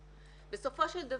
80 אחוזים מהם נמצאים